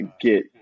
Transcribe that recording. get